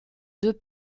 deux